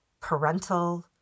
parental